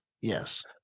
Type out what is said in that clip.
yes